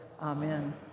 Amen